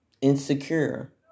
Insecure